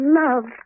love